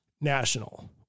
National